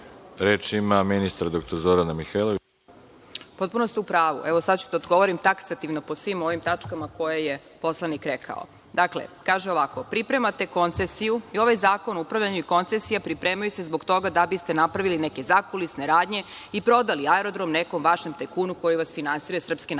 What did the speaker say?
Izvolite. **Zorana Mihajlović** Potpuno ste u pravu. Evo, sada ću da odgovorim taksativno po svim ovim tačkama koje je poslanik rekao. Dakle, kaže ovako – pripremate koncesiju i ovaj zakon o upravljanju i koncesija pripremaju se zbog toga da biste napravili neke zakulisne radnje i prodali aerodrom nekom vašem tajkunu koji vas finansira iz SNS.